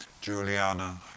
Juliana